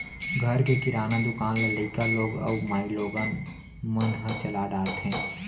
घर के किराना दुकान ल लइका लोग अउ माइलोगन मन ह चला डारथें